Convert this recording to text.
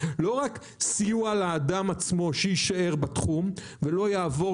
לא רק סיוע לאדם עצמו שיישאר בתחום ולא יעבור